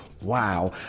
Wow